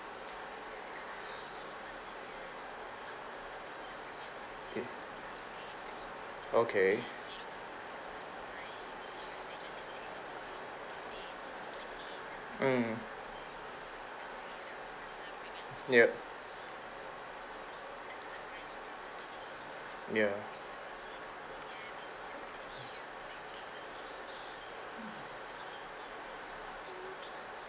mm okay mm yup ya